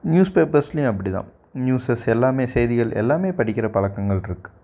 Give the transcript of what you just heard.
news பேப்பர்ஸ்லேயும் அப்படி தான் நியூஸ் எல்லாமே செய்திகள் எல்லாமே படிக்கிற பழக்கங்களிருக்கு